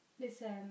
Listen